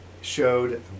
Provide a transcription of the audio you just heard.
showed